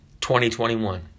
2021